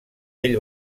ell